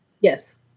Yes